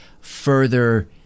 further